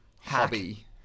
hobby